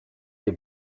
est